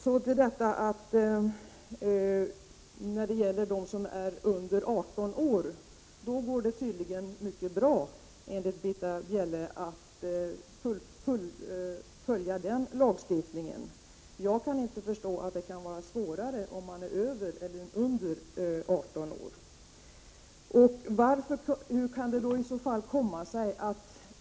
Enligt Britta Bjelle går det tydligen mycket bra att tillämpa den lag som gäller för kvinnor under 18 år. Jag kan inte förstå hur det kan vara svårare att tillämpa en lag som gäller för dem som har fyllt 18 år.